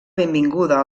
benvinguda